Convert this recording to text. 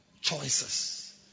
Choices